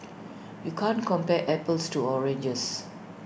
you can't compare apples to oranges